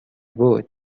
would